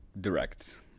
direct